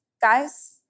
guys